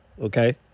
okay